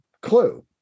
Clue